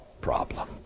problem